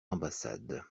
ambassade